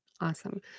Awesome